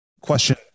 Question